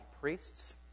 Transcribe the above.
priests